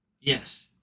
Yes